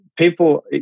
People